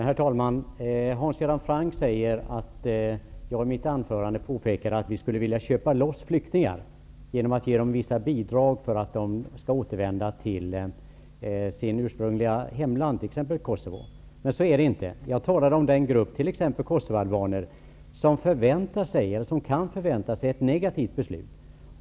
Herr talman! Hans Göran Franck säger att jag i mitt anförande framförde att vi skulle vilja köpa loss flyktingar genom att ge dem vissa bidrag för att återvända till sitt ursprungliga hemland, t.ex. Kosovo. Så är det inte. Jag talade om den grupp, t.ex. kosovoalbaner, som kan förvänta sig ett negativt beslut.